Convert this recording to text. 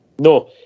No